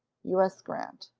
u s. grant.